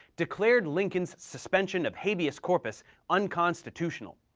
declared lincoln's suspension of habeas corpus unconstitutional.